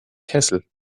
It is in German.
kessel